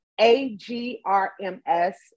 A-G-R-M-S